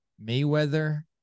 mayweather